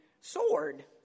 sword